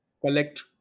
collect